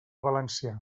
valencià